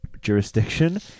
jurisdiction